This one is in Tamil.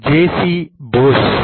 J C Bose Sir J